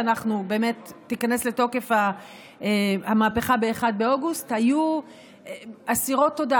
לפני שתיכנס לתוקף המהפכה ב-1 באוגוסט היו אסירות תודה.